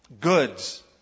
goods